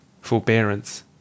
Forbearance